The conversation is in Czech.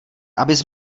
abys